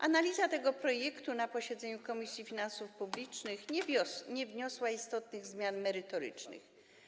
Analiza tego projektu na posiedzeniu Komisji Finansów Publicznych nie przyniosła istotnych zmian merytorycznych.